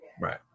Right